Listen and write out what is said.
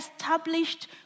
established